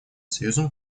союзом